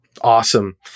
Awesome